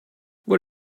what